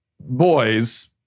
boys